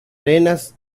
arenas